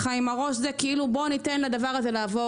כאילו ניתן לדבר הזה לעבור.